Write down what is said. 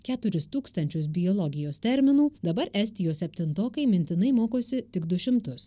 keturis tūkstančius biologijos terminų dabar estijos septintokai mintinai mokosi tik du šimtus